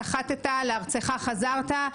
סחטת לארצך חזרת,